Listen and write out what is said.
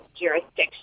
jurisdiction